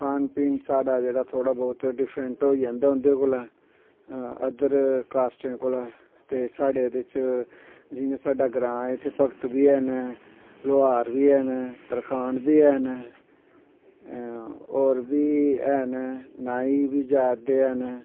खान पीन साढ़ा जेह्ड़ा थोह्ड़ा बहुत डिफरैंट होई जंदा उंदे कोला अदर कास्टें कोला ते साढ़े एह्दे च जियां साढ़े ग्रांऽ इत्थें भगत बी हैन नै लोहार बी हैन नै तरखान बी हैन नै होर बी हैन नाई बी जात दे हैन नै